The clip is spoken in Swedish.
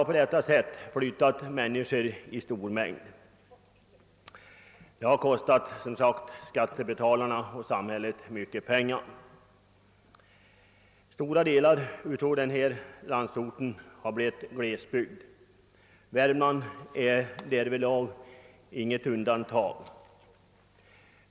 På detta sätt har man flyttat människor i stor mängd, och det har som sagt kostat skattebetalarna och samhället mycket pengar. Stora delar av landsorten har därigenom blivit glesbygd. Värmland är därvidlag inget undantag.